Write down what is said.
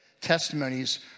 testimonies